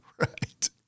Right